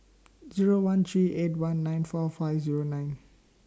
Zero one three eight one nine four five Zero nine